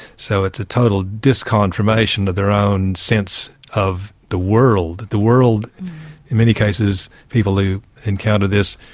so it's a total disconfirmation of their own sense of the world, the world in many cases people who encounter this,